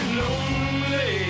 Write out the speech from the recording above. lonely